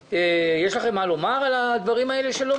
יש לכם מה לומר על הדברים האלה שלו